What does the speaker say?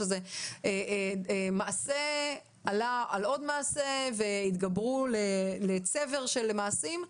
שזה מעשה ועוד מעשה שהתגברו לצבר של מעשים.